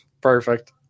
Perfect